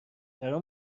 ترا